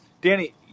Danny